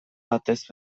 batez